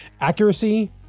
accuracy